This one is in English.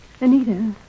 Anita